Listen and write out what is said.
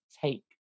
take